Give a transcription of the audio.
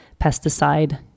pesticide